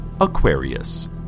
Aquarius